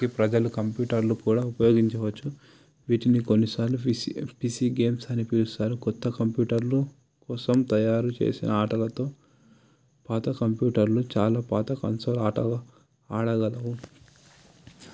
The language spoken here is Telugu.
ఆటలను ఆడటానికి ప్రజలు కంప్యూటర్లను కూడా ఉపయోగయించవచ్చు వీటిని కొన్నిసార్లు పీసి పీసి గేమ్స్ అని పిలుస్తారు కొత్త కంప్యూటర్ను కోసం తయారు చేసిన ఆటలతో పాత కంప్యూటర్ చాలా పాత కన్సోల్ ఆటలు ఆడగలరు